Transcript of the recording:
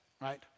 Right